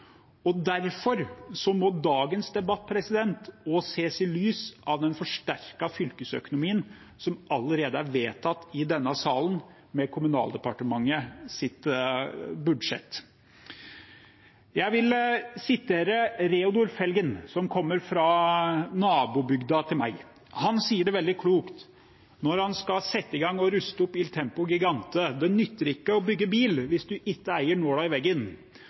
Derfor må dagens debatt også ses i lys av den forsterkede fylkesøkonomien, som allerede er vedtatt i denne salen med Kommunaldepartementets budsjett. Jeg vil sitere Reodor Felgen, som kommer fra nabobygda mi. Han sier det veldig klokt, når han skal sette i gang med å ruste opp Il Tempo Gigante: Det nytter ikke å bygge bil «når’n itte eier nåla i veggen».